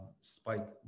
spike